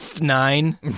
nine